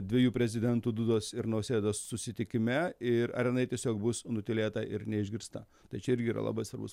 dviejų prezidentų dudos ir nausėdos susitikime ir ar jinai tiesiog bus nutylėta ir neišgirsta tai čia irgi yra labai svarbus